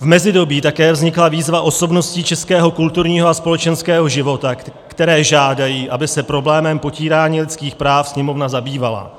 V mezidobí také vznikla výzva osobností českého kulturního a společenského života, které žádají, aby se problémem potírání lidských práv Sněmovna zabývala.